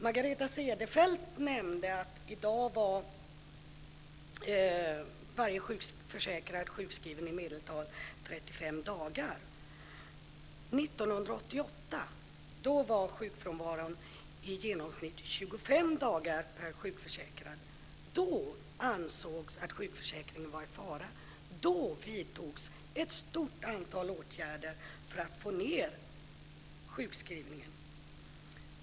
Margareta Cederfelt nämnde att i dag är varje sjukförsäkrad sjukskriven i medeltal 35 dagar. 1988 var sjukfrånvaron i genomsnitt 25 dagar per sjukförsäkrad. Då ansågs att sjukförsäkringen var i fara. Då vidtogs ett stort antal åtgärder för att minska sjukskrivningen.